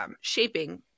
shaping